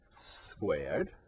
squared